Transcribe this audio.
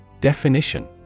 Definition